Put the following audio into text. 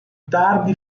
tardi